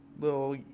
little